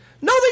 No